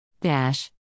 dash